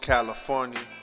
California